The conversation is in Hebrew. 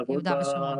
שיעבדו ביהודה ושומרון.